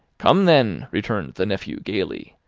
come, then, returned the nephew gaily.